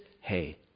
hey